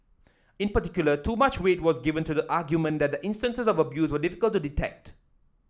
in particular too much weight was given to the argument that the instances of abuse were difficult to detect